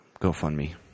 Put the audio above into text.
GoFundMe